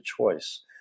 choice